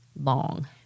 long